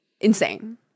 insane